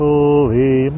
Holy